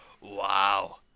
wow